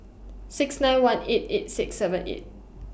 six nine one eight eight six seven eight